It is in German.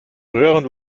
röhren